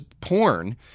porn